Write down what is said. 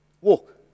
walk